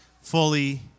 fully